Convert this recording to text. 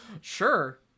sure